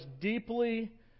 deeply